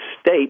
state